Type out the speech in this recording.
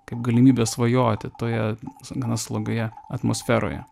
kaip galimybę svajoti toje gana slogioje atmosferoje